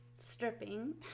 stripping